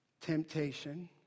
temptation